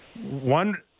One